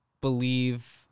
believe